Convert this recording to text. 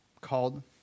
called